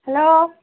hello